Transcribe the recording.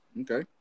Okay